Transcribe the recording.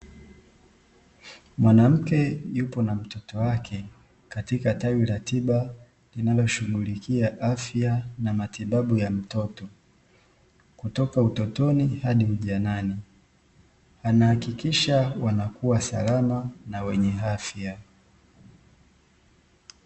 Mwanamke yupo na mtoto wake katika tawi la tiba linalo shughulikia afya na matibabu ya mtoto. Kutoka utotoni hadi ujanani anahakikisha wanakuwa salama na wenye afya.